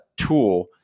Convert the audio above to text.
tool